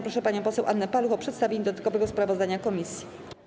Proszę panią poseł Annę Paluch o przedstawienie dodatkowego sprawozdania komisji.